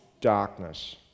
darkness